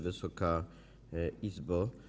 Wysoka Izbo!